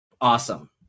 Awesome